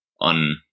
on